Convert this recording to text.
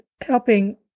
helping